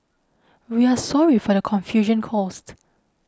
we are sorry for the confusion caused